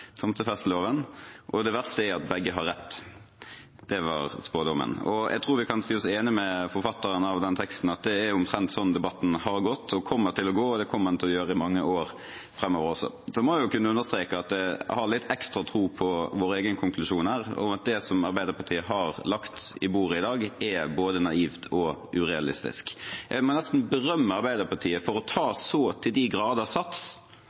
tomtefesteloven, og det verste er at begge har rett. Det var spådommen. Og jeg tror vi kan si oss enig med forfatteren av den teksten i at det er omtrent sånn debatten har gått og kommer til å gå, og det kommer den til å gjøre i mange år framover også. Så må jeg jo kunne understreke at jeg har litt ekstra tro på vår egen konklusjon om at det Arbeiderpartiet har lagt på bordet i dag, er både naivt og urealistisk. Jeg må nesten berømme Arbeiderpartiet for å ta så til de grader sats